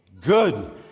Good